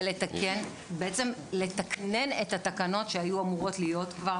זה לתקנן את התקנות שהיו אמורות להיות כבר